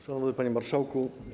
Szanowny Panie Marszałku!